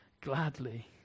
gladly